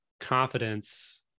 confidence